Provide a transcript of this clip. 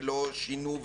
לא שינו,